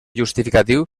justificatiu